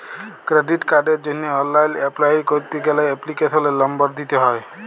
credit কার্ডের জন্হে online apply ক্যরতে গ্যালে এপ্লিকেশনের লম্বর দিত্যে হ্যয়